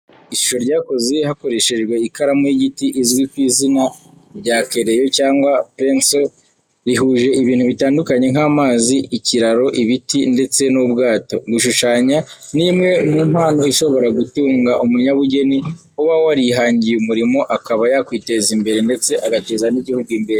Ishusho ryakozwe hakoreshejwe ikaramu y’igiti izwi ku izina rya kereyo cyangwa penso rihuje ibintu bitandukanye nk'amazi, ikiraro, ibiti ndetse n'ubwato. Gushushanya ni imwe mu mpano ishobora gutunga umunyabugeni uba warihangiye umurimo, akaba yakwiteza imbere ndetse agateza n'igihugu imbere.